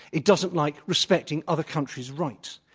itdoesn't like respecting other countries' rights.